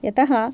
यतः